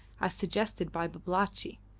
as suggested by babalatchi.